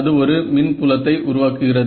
அது ஒரு மின் புலத்தை உருவாக்குகிறது